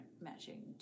matching